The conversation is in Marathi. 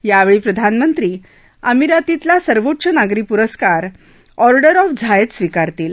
यावर्छी प्रधानमंत्री अमिरातीतला सर्वोच्च नागरी पुरस्कार ऑडर्र ऑफ झायट्ट स्वीकारतील